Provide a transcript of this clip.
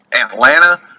Atlanta